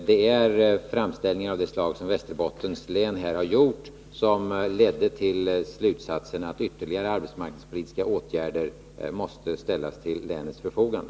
Det är framställningar av det slag som Västerbottens län här har gjort som lett till slutsatsen att ytterligare resurser för arbetsmarknadspolitiska åtgärder måste ställas till länets förfogande.